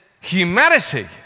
humanity